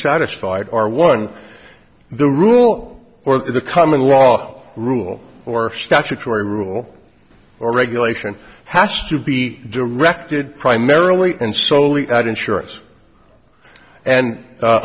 satisfied are one the rule or the common law rule or statutory rule or regulation has to be directed primarily and stoli at insurance and